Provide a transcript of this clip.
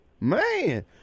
Man